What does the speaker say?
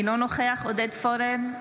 אינו נוכח עודד פורר,